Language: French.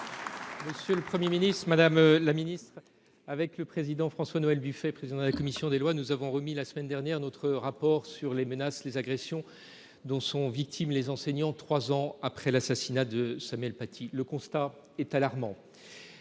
Monsieur le Premier ministre, madame la ministre de l’éducation nationale, François Noël Buffet, président de la commission des lois, et moi même avons remis la semaine dernière notre rapport sur les menaces et les agressions dont sont victimes les enseignants, trois ans après l’assassinat de Samuel Paty. Le constat est alarmant.